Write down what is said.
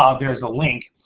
um there is a link.